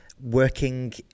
Working